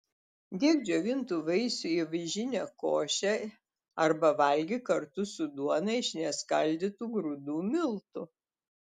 dėk džiovintų vaisių į avižinę košę arba valgyk kartu su duona iš neskaldytų grūdų miltų